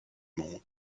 monde